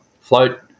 float